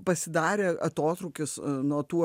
pasidarė atotrūkis nuo tų